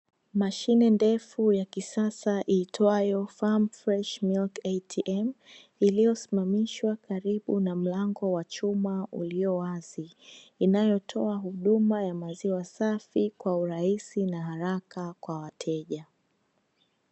Mashine ndefu ya kisasa iitwayo farm fresh milk ATM iliyosimamishwa karibu na mlango wa chuma uliowazi, inayotoa huduma ya maziwa safi kwa urahisi na haraka kwa wateja.